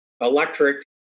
electric